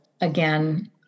again